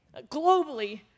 globally